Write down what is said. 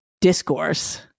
discourse